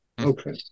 Okay